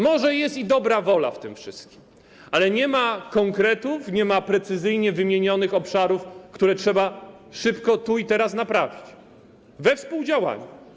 Może jest i dobra wola w tym wszystkim, ale nie ma konkretów, nie ma precyzyjnie wymienionych obszarów, które trzeba szybko tu i teraz naprawić we współdziałaniu.